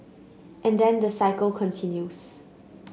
and then the cycle continues